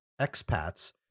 expats